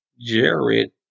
Jared